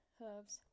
hooves